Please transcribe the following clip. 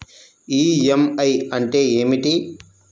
EMI అంటే ఏమిటి?